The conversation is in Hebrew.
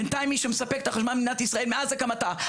בינתיים מי שמספק את החשמל למדינת ישראל מאז הקמתה,